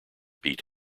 beat